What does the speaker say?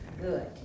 good